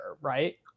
right